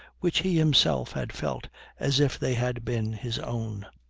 which he himself had felt as if they had been his own.